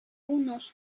unos